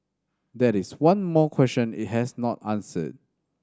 that is one more question it has not answered